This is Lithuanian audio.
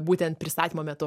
būtent pristatymo metu